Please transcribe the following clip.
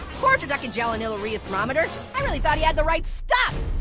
poor turduckenjanillaryuthermometer. i really thought he had the right stuff.